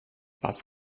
was